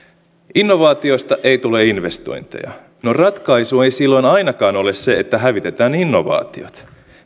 innovaatioista ei tule investointeja no ratkaisu ei silloin ainakaan ole se että hävitetään innovaatiot